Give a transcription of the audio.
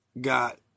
got